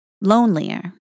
lonelier